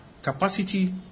Capacity